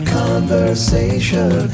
conversation